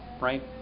right